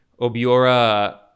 Obiora